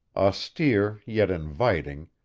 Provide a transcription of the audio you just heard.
austere yet inviting,